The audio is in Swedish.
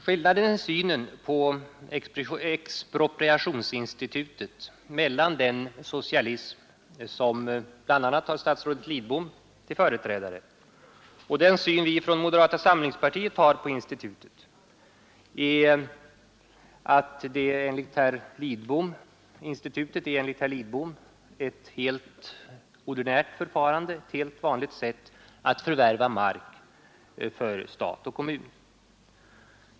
Skillnaden i synen på expropriationsinstitutet mellan den socialism som bl.a. har statsrådet Lidbom till företrädare och den syn vi från moderata samlingspartiet har på institutet, är att det enligt statsrådet Lidbom innebär ett helt ordinärt förfarande och ett vanligt sätt att förvärva mark för stat och kommun.